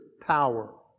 power